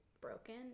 broken